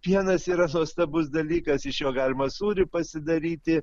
pienas yra nuostabus dalykas iš jo galima sūrį pasidaryti